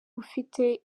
ufite